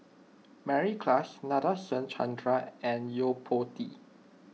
Mary Klass Nadasen Chandra and Yo Po Tee